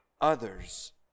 others